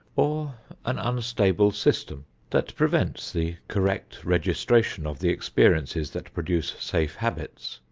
or an unstable system that prevents the correct registration of the experiences that produce safe habits,